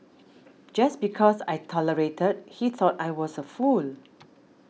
just because I tolerated he thought I was a fool